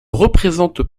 représente